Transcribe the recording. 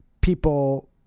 people